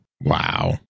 Wow